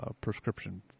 prescription